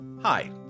Hi